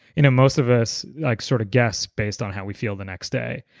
you know most of us like sort of guess based on how we feel the next day.